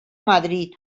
madrid